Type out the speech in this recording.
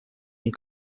und